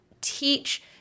teach